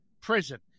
prison